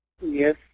Yes